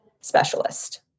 specialist